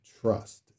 trust